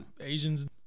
Asians